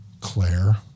Claire